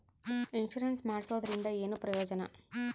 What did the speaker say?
Insurance ಮಾಡ್ಸೋದರಿಂದ ಏನು ಪ್ರಯೋಜನ?